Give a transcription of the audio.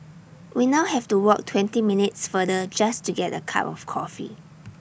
we now have to walk twenty minutes further just to get A cup of coffee